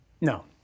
No